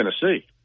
Tennessee